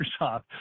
Microsoft